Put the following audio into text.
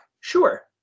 Sure